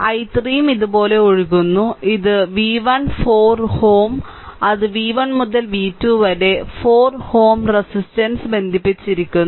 i3 ഇതുപോലെ ഒഴുകുന്നു അത് v1 4Ω അത് v1 മുതൽ v2 വരെ 4Ω റെസിസ്റ്റൻസ് ബന്ധിപ്പിച്ചിരിക്കുന്നു